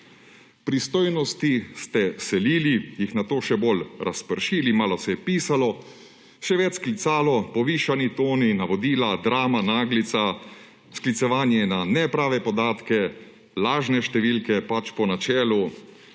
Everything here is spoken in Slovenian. Pristojnosti ste selili, jih nato še bolj razpršili, malo se je pisalo, še več klicalo, povišani toni, navodila, drama, naglica, sklicevanje na neprave podatke, lažne številke po načelu: